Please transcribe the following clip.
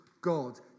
God